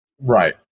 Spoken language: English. Right